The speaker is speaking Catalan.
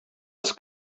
els